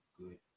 good